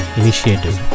initiative